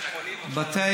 בתי